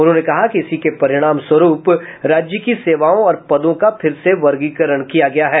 उन्होंने कहा कि इसी के परिणाम स्वरूप राज्य की सेवाओं और पदों का फिर से वर्गीकरण किया गया है